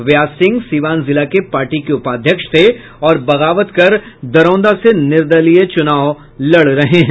व्यास सिंह सिवान जिला के पार्टी के उपाध्यक्ष थे और बगावत कर दरौंदा से निर्दलीय चुनाव लड़ रहे हैं